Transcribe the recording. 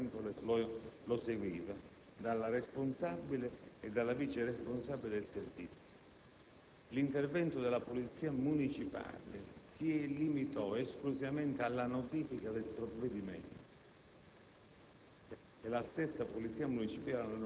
da un assistente sociale che già da tempo lo seguiva, dalla responsabile e dalla vice responsabile del servizio. L'intervento della Polizia municipale si limitò esclusivamente alla notifica del provvedimento.